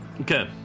okay